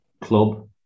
club